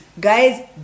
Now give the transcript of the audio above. Guys